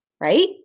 right